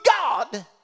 God